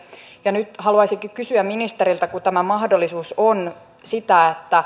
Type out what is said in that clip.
nyt haluaisinkin kysyä ministeriltä kun tämä mahdollisuus on